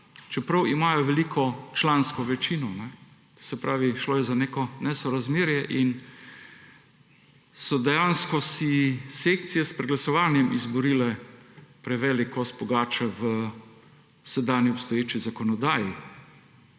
čeprav imajo veliko člansko večino. Se pravi, šlo je za neko nesorazmerje in dejansko so si sekcije s preglasovanjem izborile prevelik kos pogače v sedanji obstoječi zakonodaji.